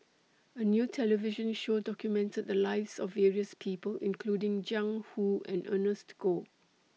A New television Show documented The Lives of various People including Jiang Hu and Ernest Goh